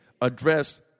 address